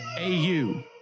au